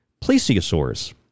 plesiosaurs